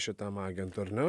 šitam agentui ar ne